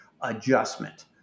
adjustment